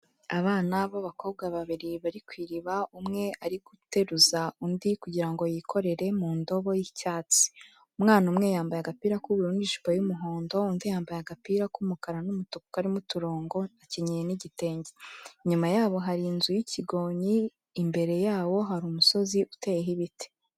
Abana b'abakobwa babiri bari ku iriba umwe ari guteruza undi kugira ngo yikorere mu ndobo y'icyatsi, umwana umwe yambaye agapira k'ubururu n'ijipo y'umuhondo, undi yambaye agapira k'umukara n'umutuku karimo uturongo akenyeye n'igitenge, inyuma yabo hari inzu y'ikigonyi, imbere yawo hari umusozi uteyeho ibiti.